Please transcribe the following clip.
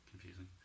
Confusing